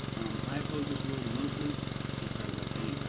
um, i oppose this rule, mostly because i think,